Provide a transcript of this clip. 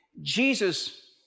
Jesus